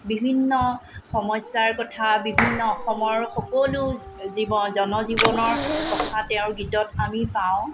বিভিন্ন সমস্যাৰ কথা বিভিন্ন অসমৰ সকলো জীৱ জন জীৱনৰ কথা তেওঁৰ গীতত আমি পাওঁ